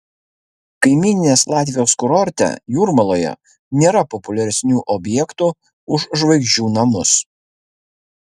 kaimyninės latvijos kurorte jūrmaloje nėra populiaresnių objektų už žvaigždžių namus